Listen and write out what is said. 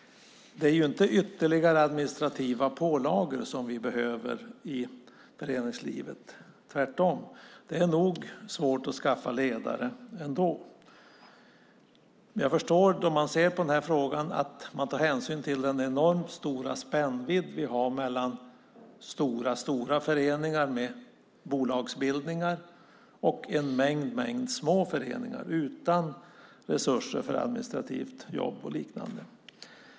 Det är inte ytterligare administrativa pålagor som vi behöver i föreningslivet - tvärtom. Det är svårt nog att skaffa ledare ändå. Men jag förstår, om man ser på den här frågan, att man tar hänsyn till den enormt stora spännvidd vi har mellan stora föreningar med bolagsbildningar och en mängd små föreningar utan resurser för administrativt jobb och liknande.